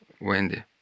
Wendy